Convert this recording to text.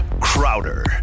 Crowder